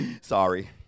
Sorry